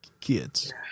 kids